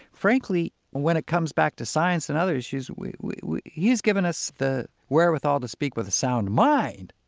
frankly, when it comes back to science and other issues, he's given us the wherewithal to speak with a sound mind.